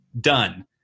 Done